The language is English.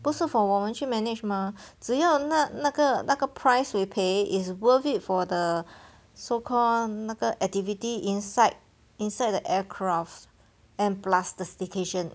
不是 for 我们去 manage mah 只要那那个那个 price we pay it's worth it for the so called 那个 activity inside inside the aircraft and plus the staycation